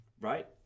right